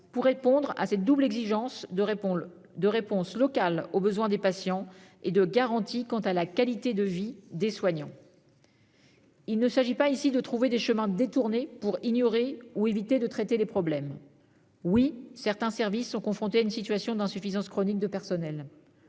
pour satisfaire à cette double exigence de réponse locale aux besoins des patients et de garanties quant à la qualité de vie des soignants. Il ne s'agit pas de trouver des chemins détournés pour ignorer ou éviter de traiter les problèmes. Oui, certains services sont confrontés à une situation d'insuffisance chronique de personnel.